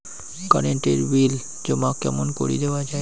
Current এর bill জমা কেমন করি দেওয়া যায়?